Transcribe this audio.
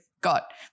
got